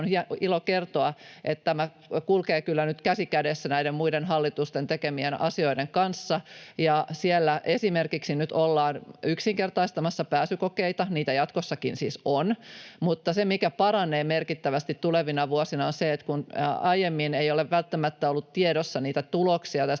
on ilo kertoa, että tämä kulkee kyllä nyt käsi kädessä näiden muiden hallituksen tekemien asioiden kanssa. Siellä esimerkiksi ollaan nyt yksinkertaistamassa pääsykokeita. Niitä jatkossakin siis on, mutta se, mikä paranee merkittävästi tulevina vuosina, on se, että kun aiemmin ei ole välttämättä ollut tiedossa niitä tuloksia tästä